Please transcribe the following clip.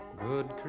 Good